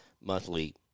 monthly